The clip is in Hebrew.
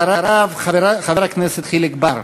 אחריו, חבר הכנסת חיליק בר.